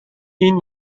این